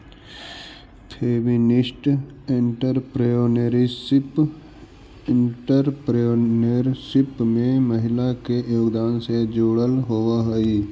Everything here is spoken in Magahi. फेमिनिस्ट एंटरप्रेन्योरशिप एंटरप्रेन्योरशिप में महिला के योगदान से जुड़ल होवऽ हई